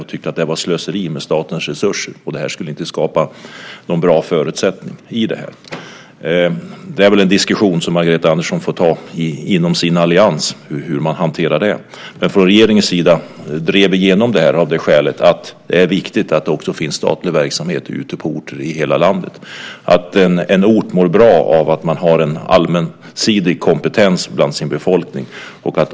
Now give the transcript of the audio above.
De tyckte att det här var slöseri med statens resurser och att det inte skulle skapa bra förutsättningar. Hur man hanterar det är väl en diskussion som Margareta Andersson får ta inom sin allians. Från regeringens sida drev vi igenom det här av det skälet att det är viktigt att det finns statlig verksamhet ute på orter i hela landet. En ort mår bra av att ha en allsidig kompetens bland sin befolkning.